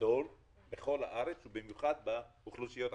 בגדול בכל הארץ, ובמיוחד באוכלוסיות החלשות.